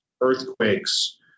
earthquakes